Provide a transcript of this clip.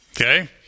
Okay